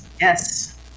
Yes